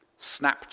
Snapchat